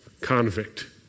convict